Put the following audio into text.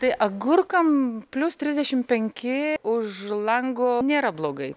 tai agurkam plius trisdešimt penki už lango nėra blogai